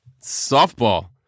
softball